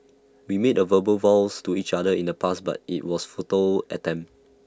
we made A verbal vows to each other in the past but IT was futile attempt